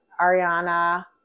Ariana